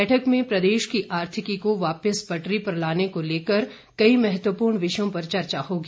बैठक में प्रदेश की आर्थिकी को वापिस पटरी पर लाने को लेकर कई महत्वपूर्ण विषयों पर चर्चा होगी